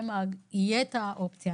תהיה האופציה.